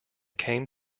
came